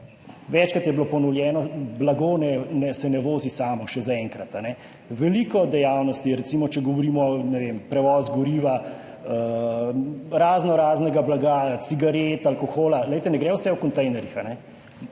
večkrat je bilo ponovljeno, blago se ne vozi samo, zaenkrat še ne. Veliko dejavnosti, recimo, če govorimo, ne vem, prevoz goriva, raznoraznega blaga, cigaret, alkohola, glejte, ne gre vse v kontejnerjih.